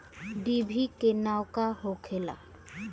डिभी के नाव का होखेला?